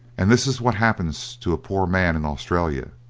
and this is what happens to a poor man in australia!